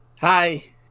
Hi